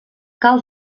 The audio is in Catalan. cal